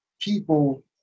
people